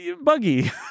buggy